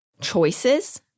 choices